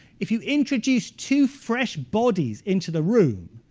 if you introduce two fresh bodies into the room,